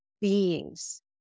beings